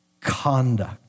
conduct